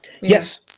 Yes